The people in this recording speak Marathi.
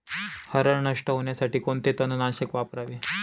हरळ नष्ट होण्यासाठी कोणते तणनाशक वापरावे?